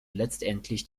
letztendlich